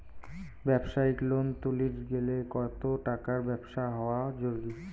ব্যবসায়িক লোন তুলির গেলে কতো টাকার ব্যবসা হওয়া জরুরি?